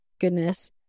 goodness